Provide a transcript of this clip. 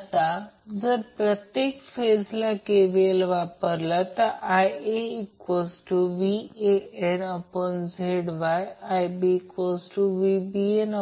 आता जर आपण प्रत्येक फेजला KVL वापरला तर तुम्ही IaVanZY IbVbnZYVan∠ 120°ZYIa∠ 120°